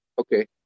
Okay